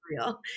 real